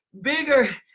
bigger